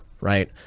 right